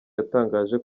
yatangaje